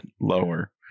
lower